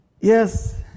Yes